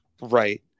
Right